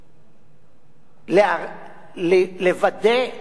לוודא שחוק-יסוד: השפיטה,